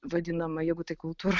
vadinama jeigu ta kultūra